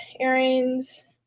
earrings